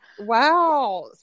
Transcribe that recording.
wow